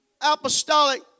apostolic